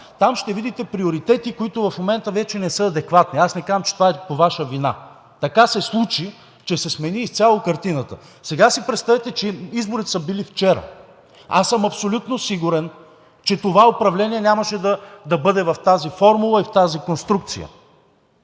Там ще видите приоритети, които в момента вече не са адекватни. Аз не казвам, че това е по Ваша вина, така се случи, че се смени изцяло картината. Сега си представете, че изборите са били вчера. Аз съм абсолютно сигурен, че това управление нямаше да бъде в тази формула и в тази конструкция,